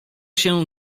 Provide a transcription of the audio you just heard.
się